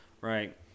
right